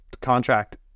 contract